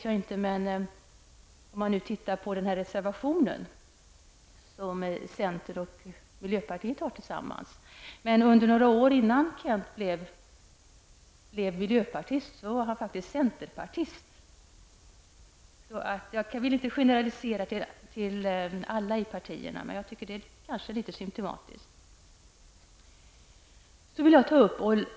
Jag tänker i alla fall på den reservation som centern och miljöpartiet tillsammans har framställt. Några år innan Kent Lundgren blev miljöpartist var han faktiskt centerpartist. Jag vill inte generalisera och bedöma alla i partierna på samma sätt. Men den beskrivna händelsen är kanske litet symtomatisk.